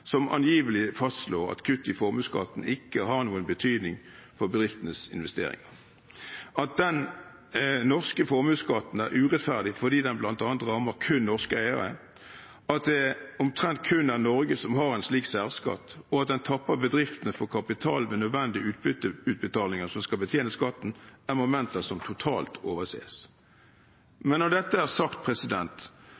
som angivelig fastslår at kutt i formuesskatten ikke har noen betydning for bedriftenes investeringer. At den norske formuesskatten er urettferdig fordi den bl.a. rammer kun norske eiere, at det omtrent kun er Norge som har en slik særskatt, og at den tapper bedriftene for kapital ved nødvendig utbytteutbetalinger som skal betjene skatten, er momenter som totalt